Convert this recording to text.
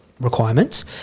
requirements